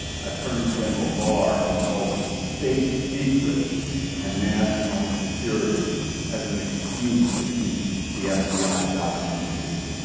attorney general barr invoked state secrets and national security as an excuse to keep the fbi documents hidden.